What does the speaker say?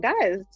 guys